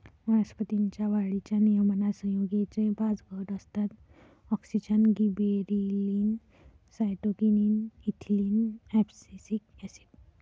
वनस्पतीं च्या वाढीच्या नियमनात संयुगेचे पाच गट असतातः auxin, gibberellin, cytokinin, ethylene, abscisic acid